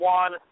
one